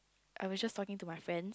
I was just talking to my friends